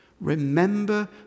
Remember